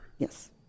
Yes